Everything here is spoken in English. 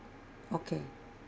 okay